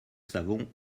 savons